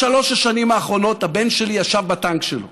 בשלוש השנים האחרונות הבן שלי ישב בטנק שלו